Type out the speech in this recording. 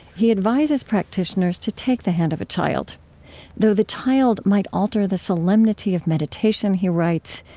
he advises practitioners to take the hand of a child though the child might alter the solemnity of meditation, he writes,